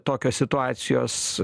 tokios situacijos